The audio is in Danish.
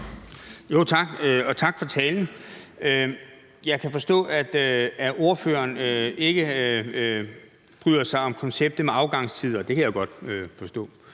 Tak for talen. Jeg kan forstå, at ordføreren ikke bryder sig om konceptet med afgangstider, og det kan jeg jo godt forstå,